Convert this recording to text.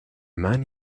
man